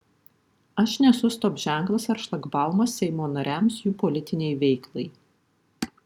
aš nesu stop ženklas ar šlagbaumas seimo nariams jų politinei veiklai